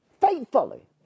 faithfully